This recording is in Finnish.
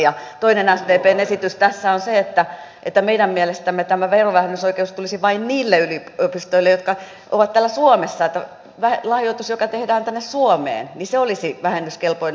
ja toinen sdpn esitys tässä on se että meidän mielestämme tämä verovähennysoikeus tulisi vain niille yliopistoille jotka ovat täällä suomessa lahjoitus joka tehdään tänne suomeen olisi vähennyskelpoinen